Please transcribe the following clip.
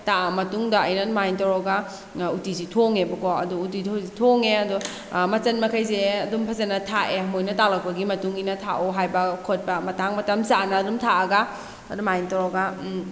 ꯇꯥꯛꯑ ꯃꯇꯨꯡꯗ ꯑꯩꯅ ꯑꯗꯨꯃꯥꯏꯅ ꯇꯧꯔꯒ ꯎꯇꯤꯁꯦ ꯊꯣꯡꯉꯦꯕ ꯀꯣ ꯑꯗꯨ ꯎꯇꯤ ꯊꯣꯡꯉꯦ ꯑꯗꯣ ꯃꯆꯟ ꯃꯈꯩꯁꯦ ꯑꯗꯨꯝ ꯐꯖꯅ ꯊꯥꯛꯑꯦ ꯃꯣꯏꯅ ꯇꯥꯛꯂꯛꯄꯒꯤ ꯃꯇꯨꯡꯏꯟꯅ ꯊꯥꯛꯑꯣ ꯍꯥꯏꯕ ꯈꯣꯠꯄ ꯃꯇꯥꯡ ꯃꯇꯝ ꯆꯥꯅ ꯑꯗꯨꯝ ꯊꯥꯛꯑꯒ ꯑꯗꯨꯃꯥꯏꯅ ꯇꯧꯔꯒ